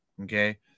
Okay